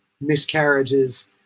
miscarriages